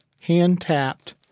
hand-tapped